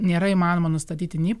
nėra įmanoma nustatyti nei